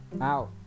out